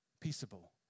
peaceable